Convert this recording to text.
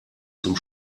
zum